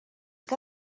que